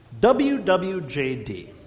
WWJD